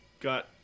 Got